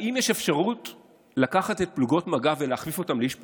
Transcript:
האם יש אפשרות לקחת את פלוגות מג"ב ולהכפיף אותן לאיש פוליטי?